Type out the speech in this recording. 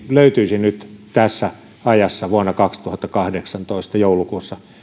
löytyisi nyt tässä ajassa vuonna kaksituhattakahdeksantoista joulukuussa